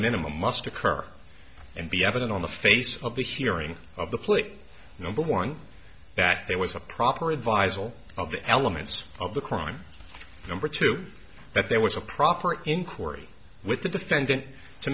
minimum must occur and be evident on the face of the hearing of the plea number one that there was a proper advise all of the elements of the crime number two that there was a proper in corrie with the defendant to